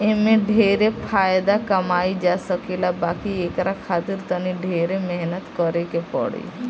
एमे ढेरे फायदा कमाई जा सकेला बाकी एकरा खातिर तनी ढेरे मेहनत करे के पड़ी